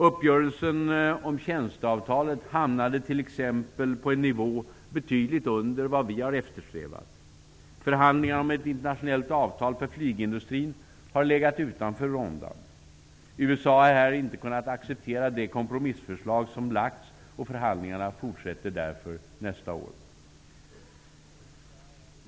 Uppgörelsen om tjänsteavtalet hamnade t.ex. på en nivå betydligt under vad vi har eftersträvat. Förhandlingar om ett internationellt avtal för flygindustrin har legat utanför rundan. USA har här inte kunnat acceptera det kompromissförslag som lagts, och förhandlingarna fortsätter därför nästa år.